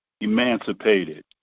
Emancipated